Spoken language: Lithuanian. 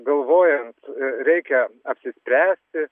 galvojant reikia apsispręsti